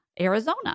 Arizona